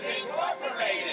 Incorporated